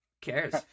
cares